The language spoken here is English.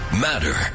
matter